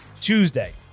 Tuesday